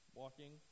walking